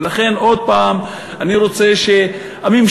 ולכן עוד הפעם אני רוצה שהממשלה,